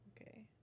Okay